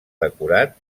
decorat